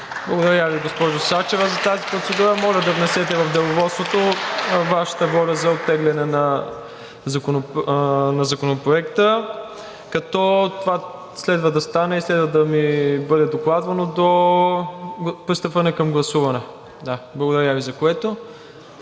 Благодаря Ви, госпожо Сачева, за тази процедура. Моля да внесете в Деловодството Вашата воля за оттегляне на законопроекта, като това следва да стане и следва да ми бъде докладвано до пристъпване към гласуване. Благодаря Ви, за което.